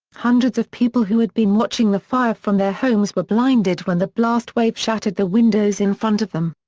hundreds of people who had been watching the fire from their homes were blinded when the blast wave shattered the windows in front of them.